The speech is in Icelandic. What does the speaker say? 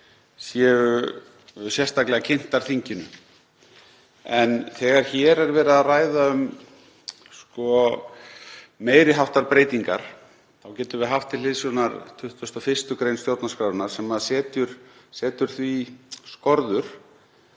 séu sérstaklega kynntar þinginu. En þegar hér er verið að ræða um meiri háttar breytingar þá getum við haft til hliðsjónar 21. gr. stjórnarskrárinnar sem setur því skorður